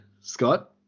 scott